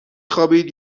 خوابید